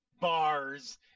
bars